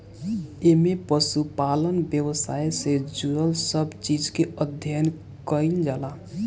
एमे पशुपालन व्यवसाय से जुड़ल सब चीज के अध्ययन कईल जाला